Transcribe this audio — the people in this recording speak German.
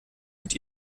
mit